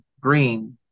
green